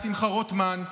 שמחה רוטמן,